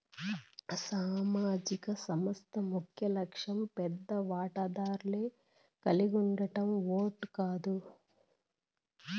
సామాజిక సంస్థ ముఖ్యలక్ష్యం పెద్ద వాటాదారులే కలిగుండడం ఓట్ కాదు